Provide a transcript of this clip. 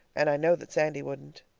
and i know that sandy wouldn't.